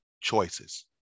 choices